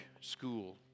school